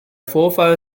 vorfall